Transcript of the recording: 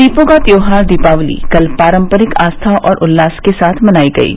दीपों का त्योहार दीपावली कल पारंपरिक आस्था और उल्लास के साथ मनाई गयी